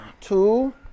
Two